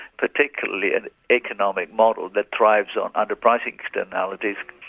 particularly the economic model that thrives on underpricing externalities.